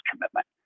commitment